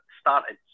started